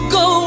go